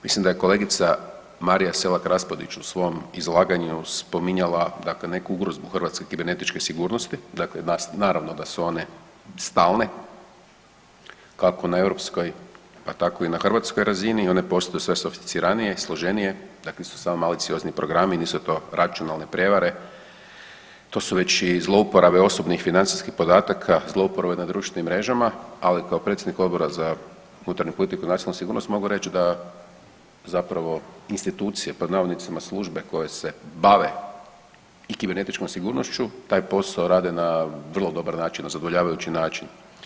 Mislim da je kolegica Marija Selak Raspudić u svom izlaganju spominjala neku ugrozu hrvatske kibernetičke sigurnosti dakle, naravno da su one stalne kako na europskoj tako i na hrvatskoj razini i one postaju sve sofisticiranije i složenije, dakle nisu samo maliciozni programi, nisu to računalne prevare, to su već i zlouporabe osobnih, financijskih podataka, zlouporabe na društvenim mrežama, ali kao predsjednik Odbora za unutarnju politiku i nacionalnu sigurnost mogu reći da zapravo institucije pod navodnicima, službe koje se bave i kibernetičkom sigurnošću taj posao rade na vrlo dobar način, na zadovoljavajući način.